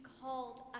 called